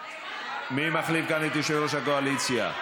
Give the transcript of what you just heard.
מי מחליף כאן את יושב-ראש הקואליציה?